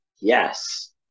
Yes